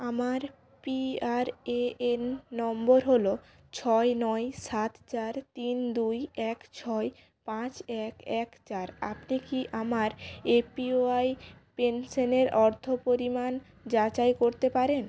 আমার পিআরএএন নম্বর হলো ছয় নয় সাত চার তিন দুই এক ছয় পাঁচ এক এক চার আপনি কি আমার এপিওয়াই পেনশানের অর্থ পরিমাণ যাচাই করতে পারেন